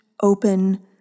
open